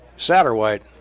Satterwhite